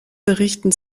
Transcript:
berichten